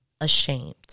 ashamed